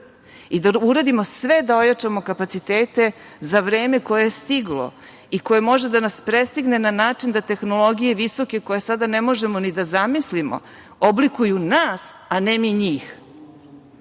i da uradimo sve da ojačamo kapacitete za vreme koje je stiglo i koje može da nas prestigne na način da tehnologije visoke koje sada ne možemo ni da zamislimo, oblikuju nas, a ne mi njih.